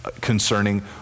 concerning